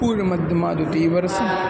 पूर्वमध्यमः द्वितीयवर्षः